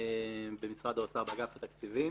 במשרד האוצר, אגף התקציבים.